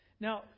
Now